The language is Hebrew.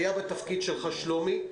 הוא היה בתפקיד שלך, שלומי.